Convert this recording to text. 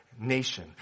nation